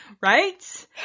Right